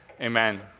Amen